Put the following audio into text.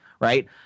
right